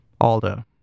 Aldo